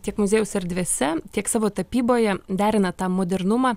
tiek muziejaus erdvėse tiek savo tapyboje derina tą modernumą